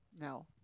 no